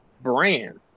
brands